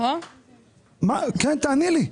תעני לי.